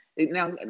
now